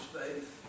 faith